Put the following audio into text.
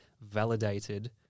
validated